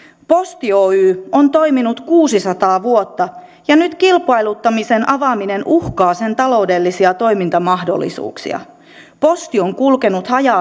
posti oy on toiminut kuusisataa vuotta ja nyt kilpailuttamisen avaaminen uhkaa sen taloudellisia toimintamahdollisuuksia posti on kulkenut haja